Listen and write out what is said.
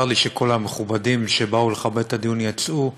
צר לי שכל המכובדים שבאו לכבד את הדיון יצאו,